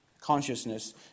consciousness